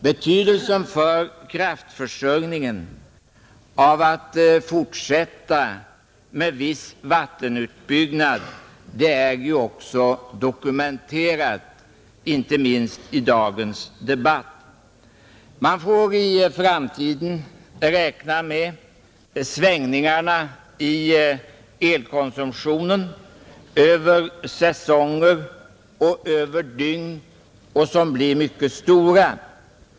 Betydelsen för kraftförsörjningen av att fortsätta med viss vattenutbyggnad är ju också dokumenterad, inte minst i dagens debatt. Man får i framtiden räkna med stora svängningar i elkonsumtionen över säsonger och över dygn.